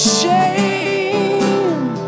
shame